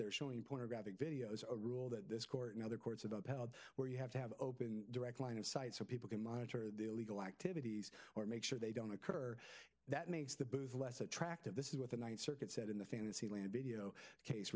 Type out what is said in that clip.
they're showing pornographic videos or a rule that this court and other courts have upheld where you have to have open direct line of sight so people can monitor the illegal activities or make sure they don't occur that makes the booth less attractive this is what the ninth circuit said in the fantasy land video case